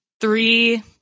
three